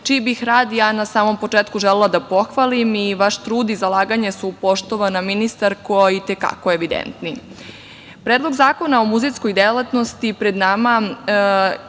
čiji bih rad ja na samom početku želela da pohvalim. Vaš trud i zalaganje su, poštovana minsitarko, i te kako evidentni. Predlog zakona o muzejskoj delatnosti koji je